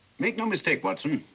make no mistake, watson.